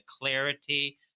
clarity